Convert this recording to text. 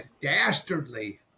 dastardly